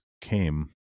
came